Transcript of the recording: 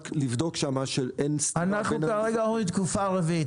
רק לבדוק שמה שאין סתירה --- אנחנו כרגע אומרים תקופה רביעית.